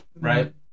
Right